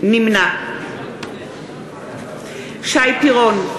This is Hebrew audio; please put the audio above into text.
נמנע שי פירון,